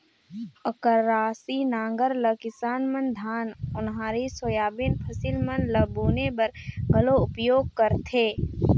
अकरासी नांगर ल किसान मन धान, ओन्हारी, सोयाबीन फसिल मन ल बुने बर घलो उपियोग करथे